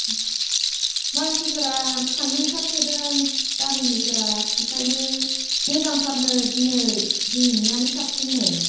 मानसिफोरा थांनो ओंखारसोदों गामिनिफोरा बेखायनो मोजांथारनो दिनै दिनैनियानो साबसिननो